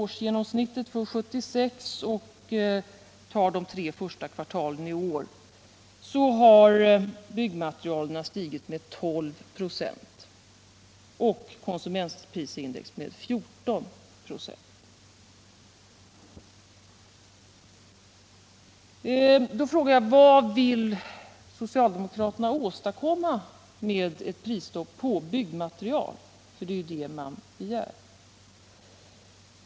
årsgenomsnittet 1976 stigit med 1296 och konsumentprisindex med Nr 43 14 96. Vad vill socialdemokraterna åstadkomma med ett prisstopp på byggmaterial, för det är ju det man begär?